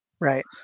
Right